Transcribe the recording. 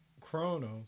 Chronos